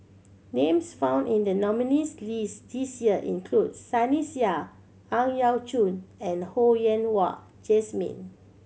names found in the nominees' list this year include Sunny Sia Ang Yau Choon and Ho Yen Wah Jesmine